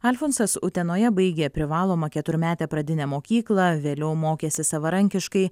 alfonsas utenoje baigė privalomą keturmetę pradinę mokyklą vėliau mokėsi savarankiškai